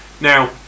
Now